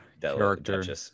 character